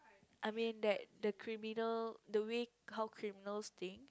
I mean that the criminal the way how criminals think